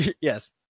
yes